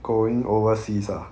going overseas ah